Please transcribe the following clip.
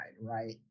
right